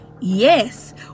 Yes